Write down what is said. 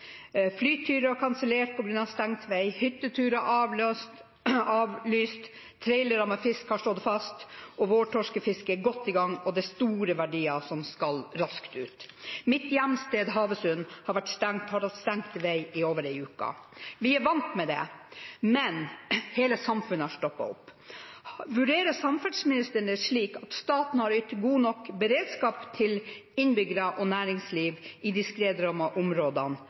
Flyturer er kansellert på grunn av stengt vei, hytteturer er avlyst, trailere med fisk har stått fast, og vårtorskefisket er godt i gang, og det er store verdier som skal raskt ut. Mitt hjemsted, Havøysund, har hatt stengt vei i over en uke. Vi er vant med det, men hele samfunnet har stoppet opp. Vurderer samferdselsministeren det slik at staten har ytt god nok beredskapshjelp til innbyggere og næringsliv i de skredrammede områdene